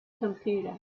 computer